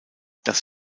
das